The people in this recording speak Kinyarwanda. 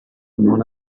muntu